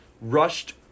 rushed